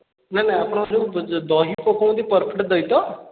ନାଇଁ ନାଇଁ ଆପଣ ଯେଉଁ ଦହି ପକାଉଛନ୍ତି ପରଫେକ୍ଟ୍ ଦହି ତ